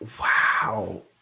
Wow